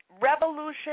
revolution